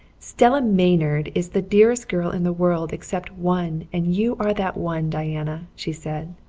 stella maynard is the dearest girl in the world except one and you are that one, diana, she said.